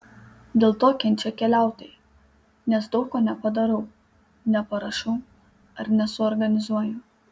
dėl to kenčia keliautojai nes daug ko nepadarau neparašau ar nesuorganizuoju